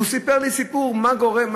והוא סיפר לי סיפור מה גורם,